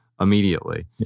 immediately